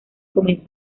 comenzó